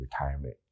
retirement